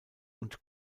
und